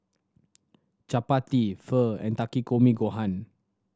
Chapati Pho and Takikomi Gohan